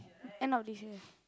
end of this year